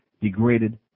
degraded